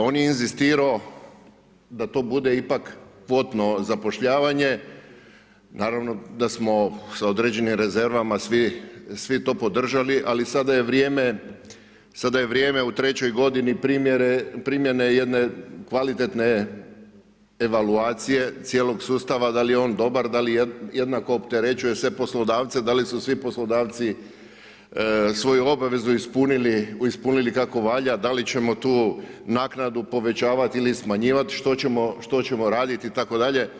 On je inzistirao da to bude ipak kvotno zapošljavanje, naravno da smo sa određenim rezervama svi to podržali, ali sada je vrijeme u trećoj godini primjene jedne kvalitetne evaluacije cijelog sustava, dal je on dobar, dal jednako opterećuje sve poslodavce, da li su svi poslodavci svoju obavezu ispunili kako valja, da li ćemo tu naknadu povećavat ili smanjivat, što ćemo radit itd.